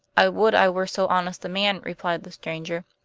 i would i were so honest a man, replied the stranger.